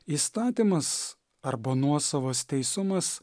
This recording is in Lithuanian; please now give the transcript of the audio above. įstatymas arba nuosavas teisumas